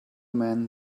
man